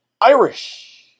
Irish